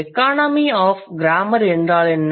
economy of grammar என்றால் என்ன